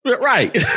Right